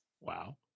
Wow